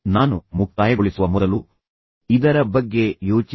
ನಾನು ಮುಕ್ತಾಯಗೊಳಿಸುವ ಮೊದಲು ಇದರ ಬಗ್ಗೆ ಯೋಚಿಸಿ